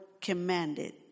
commanded